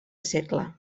segle